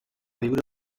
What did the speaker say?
viure